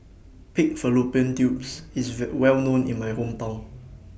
Pig Fallopian Tubes IS Well known in My Hometown